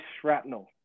shrapnel